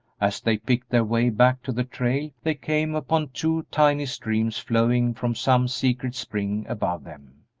as they picked their way back to the trail they came upon two tiny streams flowing from some secret spring above them.